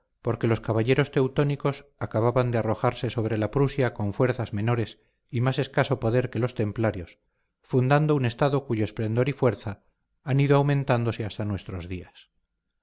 porque los caballeros teutónicos acababan de arrojarse sobre la prusia con fuerzas menores y más escaso poder que los templarios fundando un estado cuyo esplendor y fuerza han ido aumentándose hasta nuestros días